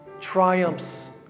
triumphs